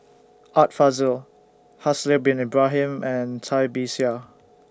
Art Fazil Haslir Bin Ibrahim and Cai Bixia